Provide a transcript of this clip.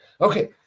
Okay